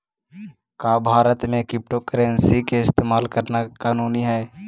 का भारत में क्रिप्टोकरेंसी के इस्तेमाल करना कानूनी हई?